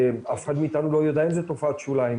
אף אחד מאתנו לא יודע אם זו תופעת שוליים.